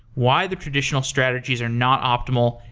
why the traditional strategies are not optimal,